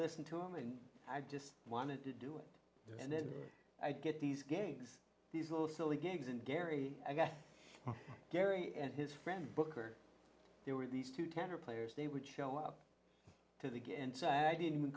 listen to him and i just wanted to do it and then i get these gangs these little silly gigs and gary i got gary and his friend booker there were these two tenor players they would show up to the gig and i didn't